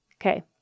Okay